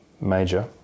major